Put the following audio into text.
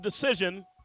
decision